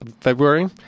February